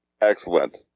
excellent